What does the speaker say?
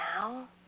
Now